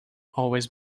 always